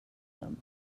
them